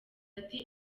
ati